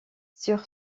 sur